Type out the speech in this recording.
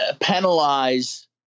penalize